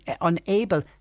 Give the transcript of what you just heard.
unable